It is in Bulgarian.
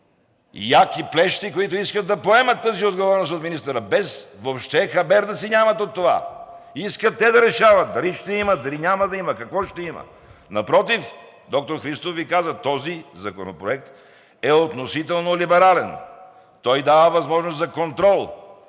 яки плещи, които искат да поемат тази отговорност от министъра, без въобще хабер да си нямат от това. Искат те да решават дали ще има, дали няма да има, какво ще има! Напротив, доктор Христов Ви каза. Този законопроект е относително либерален, той дава възможност за контрол